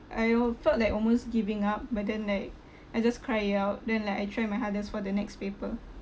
I al~ felt like almost giving up but then like I just cry it out then like I try my hardest for the next paper